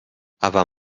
aber